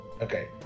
Okay